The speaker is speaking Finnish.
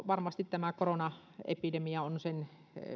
varmasti tämä koronaepidemia on sen